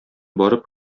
барып